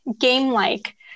game-like